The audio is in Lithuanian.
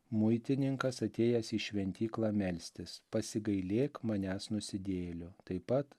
muitininkas atėjęs į šventyklą melstis pasigailėk manęs nusidėjėlio taip pat